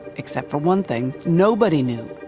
except for one thing nobody knew.